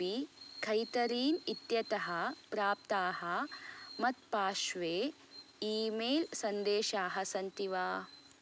अपि कैथरीन् इत्यतः प्राप्ताः मत्पार्श्वे ई मेल् सन्देशाः सन्ति वा